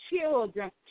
children